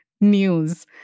news